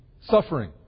suffering